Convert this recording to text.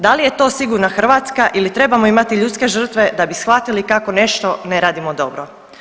Da li je to sigurna Hrvatska ili trebamo imati ljudske žrtve da bi shvatili kako nešto ne radimo dobro?